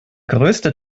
größte